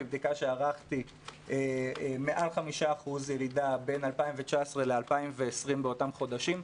מבדיקה שערכתי מעל 5% ירידה בין 2019 ל-2020 באותם חודשים,